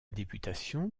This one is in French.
députation